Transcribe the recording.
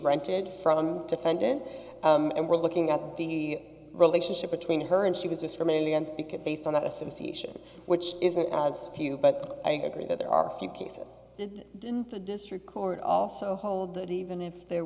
rented from the defendant and we're looking at the relationship between her and she was discriminated against because based on that association which isn't as few but i agree that there are a few cases that the district court also hold that even if there